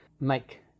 make